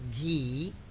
ghee